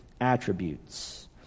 attributes